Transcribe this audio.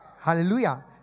Hallelujah